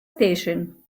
station